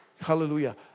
Hallelujah